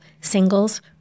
Singles